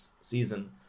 season